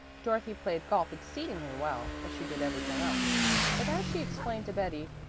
dorothy played golf exceedingly well, as she did everything else but as she explained to betty,